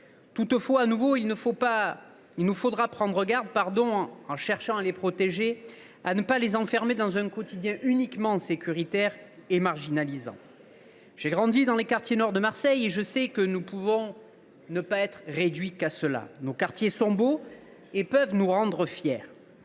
nous combattons ici. Il nous faudra prendre garde, en cherchant à les protéger, à ne pas les enfermer dans un quotidien uniquement sécuritaire et marginalisant. J’ai grandi dans les quartiers nord de Marseille et je sais que nous ne pouvons pas être réduits à cela : nos quartiers sont beaux et peuvent nous rendre fiers.